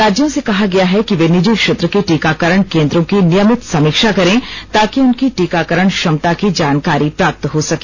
राज्यों से कहा गया है कि वे निजी क्षेत्र के टीकाकरण केंद्रों की नियमित समीक्षा करें ताकि उनकी टीकाकरण क्षमता की जानकारी प्राप्त हो सके